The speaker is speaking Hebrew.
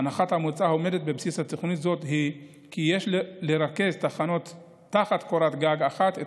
הנחת המוצא העומדת בבסיס תוכנית זו היא כי יש לרכז תחת קורת גג אחת את